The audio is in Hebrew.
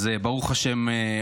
אז ברוך השם,